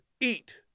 Eat